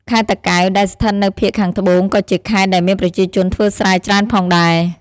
ខេត្តតាកែវ ដែលស្ថិតនៅភាគខាងត្បូងក៏ជាខេត្តដែលមានប្រជាជនធ្វើស្រែច្រើនផងដែរ។